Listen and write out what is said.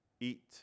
eat